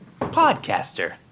podcaster